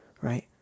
right